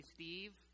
Steve